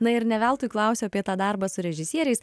na ir ne veltui klausiau apie tą darbą su režisieriais